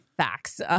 facts